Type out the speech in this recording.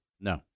no